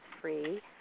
free